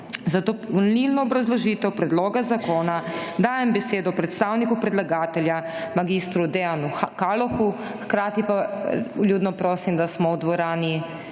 Za dopolnilno obrazložitev predloga zakona dajem besedo predstavniku predlagatelja mag. Dejanu Kalohu, hkrati pa vljudno prosim, da smo v dvorani